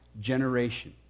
generation